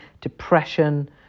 depression